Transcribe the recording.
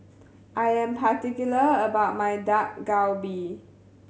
I am particular about my Dak Galbi